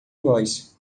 voz